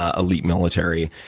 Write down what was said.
ah elite military?